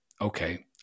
okay